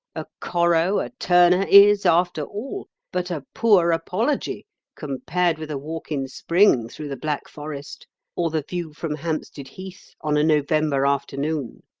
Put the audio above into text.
a corot, a turner is, after all, but a poor apology compared with a walk in spring through the black forest or the view from hampstead heath on a november afternoon.